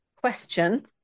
question